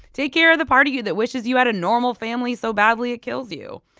take care of the part of you that wishes you had a normal family so badly it kills you.